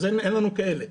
אז אין לנו כאלה.